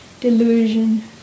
delusion